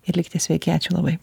ir likite sveiki ačiū labai